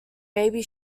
maybe